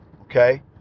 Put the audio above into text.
Okay